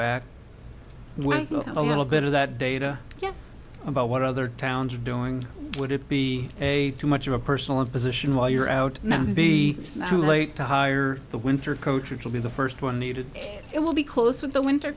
back well a little bit of that data about what other towns are doing would it be a too much of a personal imposition while you're out and then be too late to hire the winter coach which will be the first one needed it will be close with the winter